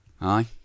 Aye